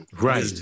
Right